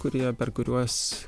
kurie per kuriuos